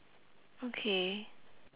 okay